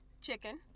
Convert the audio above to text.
Chicken